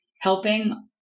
helping